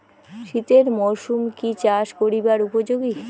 শীতের মরসুম কি চাষ করিবার উপযোগী?